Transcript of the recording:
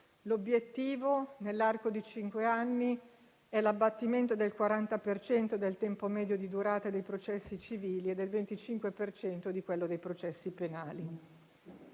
l'obiettivo, nell'arco di cinque anni, è l'abbattimento del 40 per cento del tempo medio di durata dei processi civili e del 25 per cento di quello dei processi penali.